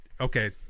okay